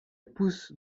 pousse